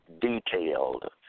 detailed